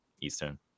Eastern